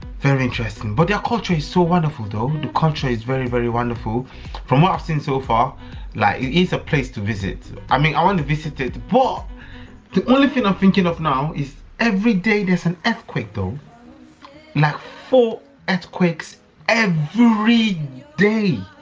very interesting but their culture is so wonderful though the country is very very wonderful from what i've seen so far like it is a place to visit i mean i want visited war the only thing i'm thinking of now is every day there's an earthquake though not for earthquakes and every day